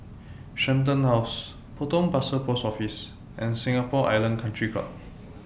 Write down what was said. Shenton House Potong Pasir Post Office and Singapore Island Country Club